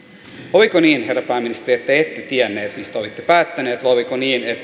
oliko niin herra pääministeri että te ette tiennyt mistä olitte päättäneet vai oliko niin